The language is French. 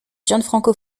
gianfranco